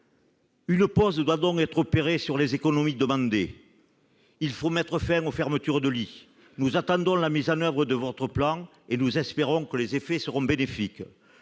Une pause doit donc être opérée sur les économies demandées. Il faut mettre fin aux fermetures de lits. Nous attendons la mise en oeuvre de votre plan et nous espérons que les effets seront bénéfiques.